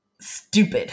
stupid